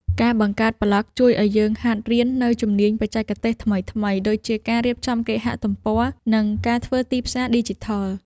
ការបង្កើតប្លក់ជួយឱ្យយើងហាត់រៀននូវជំនាញបច្ចេកទេសថ្មីៗ ដូចជាការរៀបចំគេហទំព័រ និងការធ្វើទីផ្សារឌីជីថល។